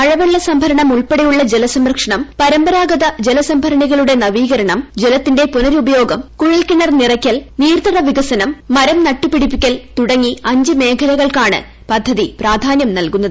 മഴവെള്ള സംഭരണം ഉൾപ്പെടെയുള്ള ജലസംരക്ഷണം പരമ്പരാഗത ജല സംഭരണികളുടെ നവീകരണം ജലത്തിന്റെ പുനരുപയോഗം കുഴൽ കിണർ നിറയ്ക്കൽ നീർത്തട വികസനം മരം നട്ടുപിടിപ്പിക്കൽ തുടങ്ങി അഞ്ച് മേഖലകൾക്കാണ് പദ്ധതി പ്ര്യാധാന്യം നൽകുന്നത്